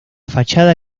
fachada